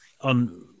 on